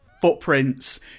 footprints